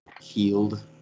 healed